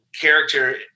character